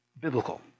biblical